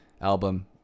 album